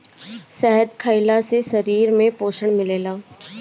शहद खइला से शरीर में पोषण मिलेला